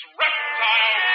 reptile